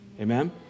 Amen